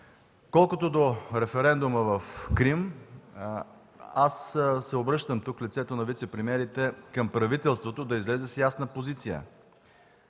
Колкото до референдума в Крим, аз се обръщам тук в лицето на вицепремиерите към правителството – да излезе с ясна позиция: